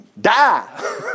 die